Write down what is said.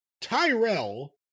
Tyrell